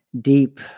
deep